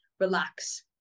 relax